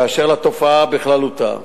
באשר לתופעה בכללותה,